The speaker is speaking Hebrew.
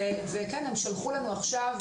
מכיוון שמדינת ישראל לא בונה,